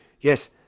Yes